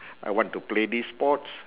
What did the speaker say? I want to play this sports